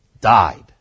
died